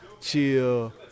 chill